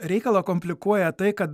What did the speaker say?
reikalą komplikuoja tai kad